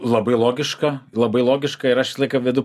labai logiška labai logiška ir aš visą laiką vedu